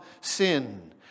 sin